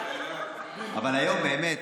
אבל היום באמת,